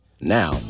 Now